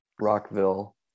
Rockville